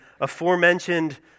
aforementioned